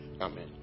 Amen